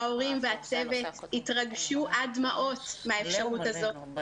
ההורים והצוות התרגשו עד דמעות מהאפשרות הזאת.